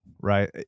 right